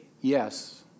yes